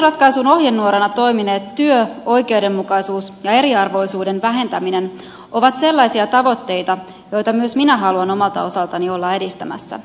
kehysratkaisun ohjenuorana toimineet työ oikeudenmukaisuus ja eriarvoisuuden vähentäminen ovat sellaisia tavoitteita joita myös minä haluan omalta osaltani olla edistämässä